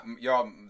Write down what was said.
y'all